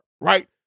right